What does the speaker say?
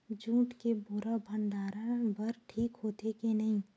Jute के बोरा भंडारण बर ठीक होथे के नहीं?